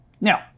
Now